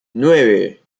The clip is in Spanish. nueve